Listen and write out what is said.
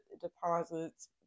deposits